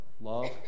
love